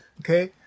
okay